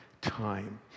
time